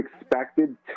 expected